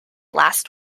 last